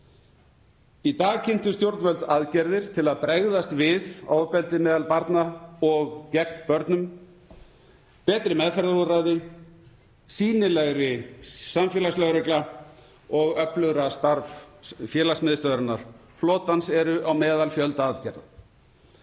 Í dag kynntu stjórnvöld aðgerðir til að bregðast við ofbeldi meðal barna og gegn börnum. Betri meðferðarúrræði, sýnilegri samfélagslögregla og öflugra starf félagsmiðstöðvarinnar Flotans eru á meðal fjölda aðgerða.